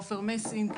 עופר מסינג,